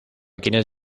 quienes